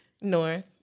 North